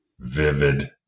vivid